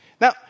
Now